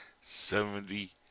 seventy